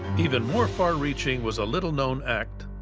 even more far-reaching was a little-known act,